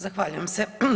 Zahvaljujem se.